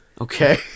Okay